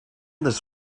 this